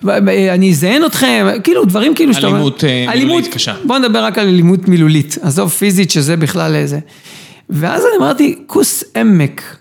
אני אזיין אותכם, כאילו, דברים כאילו שאתה אומר... אלימות מילולית קשה. בוא נדבר רק על אלימות מילולית. עזוב פיזית, שזה בכלל א... זה... ואז אני אמרתי, כוס עמק.